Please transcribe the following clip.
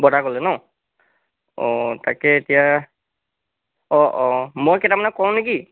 বজাৰ ক'লে ন অঁ তাকেই এতিয়া অঁ অঁ মই কেইটামানক কওঁ নে কি